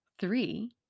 three